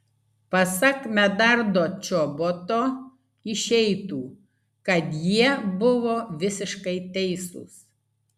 pasak medardo čoboto išeitų kad jie buvo visiškai teisūs